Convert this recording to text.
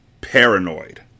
paranoid